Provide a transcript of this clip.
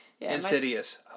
Insidious